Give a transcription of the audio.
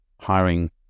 hiring